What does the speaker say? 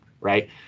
Right